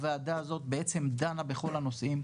הוועדה הזאת בעצם דנה בכל הנושאים.